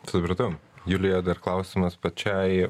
supratau julija dar klausimas pačiai